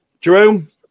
Jerome